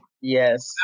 Yes